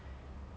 ya